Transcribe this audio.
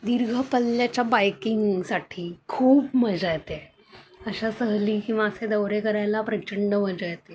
दीर्घ पल्ल्याच्या बायकिंगसाठी खूप मजा येते अशा सहली किंवा असे दौरे करायला प्रचंड मजा येते